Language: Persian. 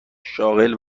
شاغل